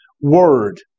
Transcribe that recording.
word